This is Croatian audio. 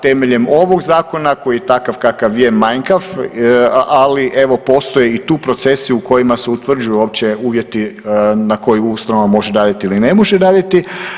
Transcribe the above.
Temeljem ovog zakona koji je takav kakav je manjkav, ali evo postoje i tu procesi u kojima se utvrđuju uopće uvjeti na koji ustanova može raditi ili ne može raditi.